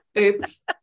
Oops